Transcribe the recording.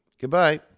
Goodbye